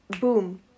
boom